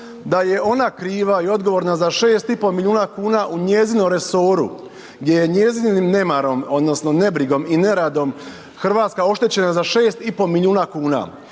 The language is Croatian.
da je ona kriva i odgovorna za 6,5 milijuna kuna u njezinom resoru, gdje je njezinim nemarom odnosno nebrigom i neradom RH oštećena za 6,5 milijuna kuna